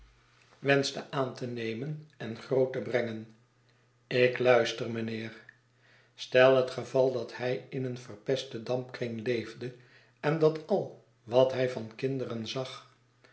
wenschte aan te nemen en groot te brengen ik luister mynheer stel het geval dat hij in een verpesten dampkring leefde en dat al wat hij van kinderen zag